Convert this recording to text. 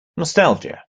nostalgia